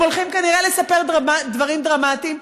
הם הולכים כנראה לספר דברים דרמטיים.